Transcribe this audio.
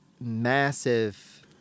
massive